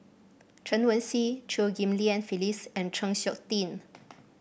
Chen Wen Hsi Chew Ghim Lian Phyllis and Chng Seok Tin